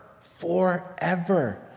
Forever